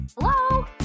Hello